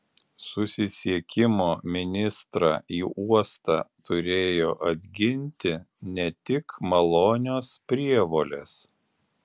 susisiekimo ministrą į uostą turėjo atginti ne tik malonios prievolės